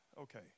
okay